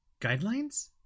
Guidelines